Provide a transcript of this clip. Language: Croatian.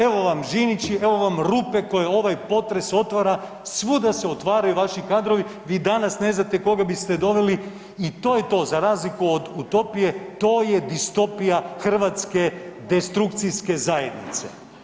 Evo vam Žinići, evo vam rupe koje ovaj potres otvara, svuda se otvaraju vaši kadrovi, vi danas ne znate koga biste doveli i to je to za razliku od utopije to je distopija hrvatske destrukcijske zajednice.